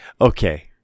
Okay